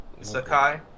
Sakai